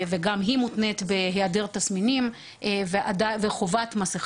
עושים בדיקת אנטיגן שלילית או מציגים